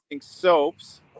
soaps